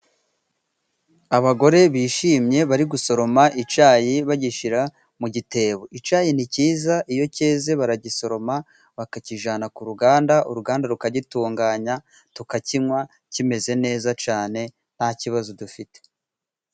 Abagore bishimye bari gusoroma icyayi bagishyira mu gitebo icyayi ni cyiza, iyo cyeze baragisoroma bakakijyana ku ruganda uruganda rukagitunganya tukakinywa kimeze neza cyane nta kibazo dufite.